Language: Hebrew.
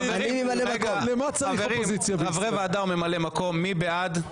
חברי ועדה וממלאי מקום, מי בעד?